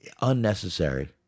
Unnecessary